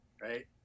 right